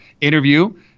interview